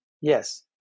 Yes